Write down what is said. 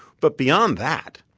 but beyond that,